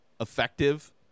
effective